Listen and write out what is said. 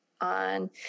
on